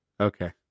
Okay